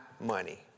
money